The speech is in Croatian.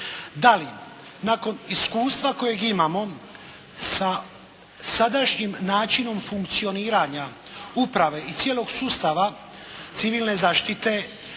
da li nakon iskustva kojeg imamo sa sadašnjim načinom funkcioniranja uprave i cijelog sustava civilne zaštite